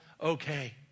okay